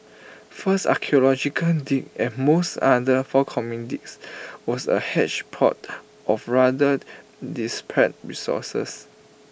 first archaeological dig and most other forthcoming digs was A hedge pod of rather disparate resources